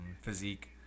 physique